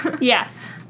Yes